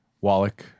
Wallach